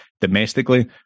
domestically